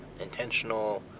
intentional